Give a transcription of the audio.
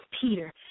Peter